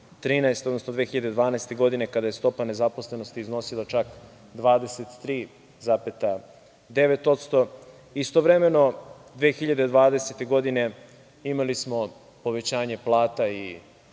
2012. godine, kada je stopa nezaposlenosti iznosila čak 23,9%. Istovremeno, 2020. godine imali smo povećanje plata i